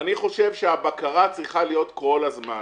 אני חושב שהבקרה צריכה להיות כל הזמן.